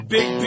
Big